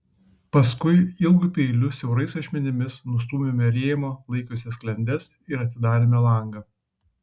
paskui ilgu peiliu siaurais ašmenimis nustūmėme rėmą laikiusias sklendes ir atidarėme langą